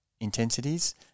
intensities